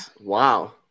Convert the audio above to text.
wow